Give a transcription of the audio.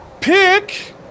pick